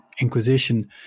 Inquisition